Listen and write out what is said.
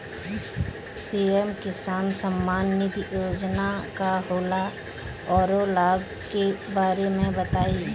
PM Kisan Samman Nidhi योजना का होला औरो लाभ के बारे में बताई?